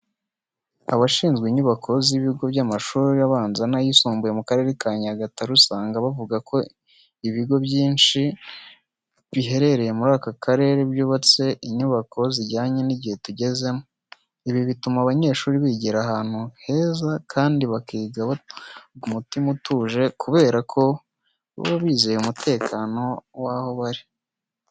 Abashinzwe inyubako z'ibigo by'amashuri abanza n'ayisumbuye mu Karere ka Nyagatare usanga bavuga ko ibigo byinshi biherereye muri aka karere byubatse inyubako zijyanye n'igihe tugezemo. Ibi bituma abanyeshuri bigira ahantu heza kandi bakigana umutima utuje kubera ko baba bizeye umutekano w'aho bari.